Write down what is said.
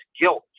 guilt